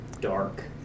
Dark